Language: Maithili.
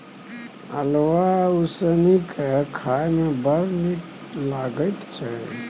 अल्हुआ उसनि कए खाए मे बड़ नीक लगैत छै